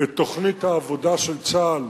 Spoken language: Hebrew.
את תוכנית העבודה של צה"ל,